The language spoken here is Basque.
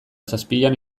zazpian